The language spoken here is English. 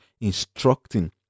instructing